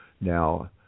now